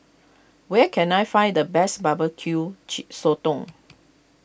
where can I find the best Barbecue Chee sotong